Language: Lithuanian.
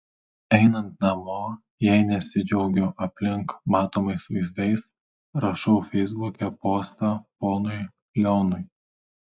einant namo jei nesidžiaugiu aplink matomais vaizdais rašau feisbuke postą ponui leonui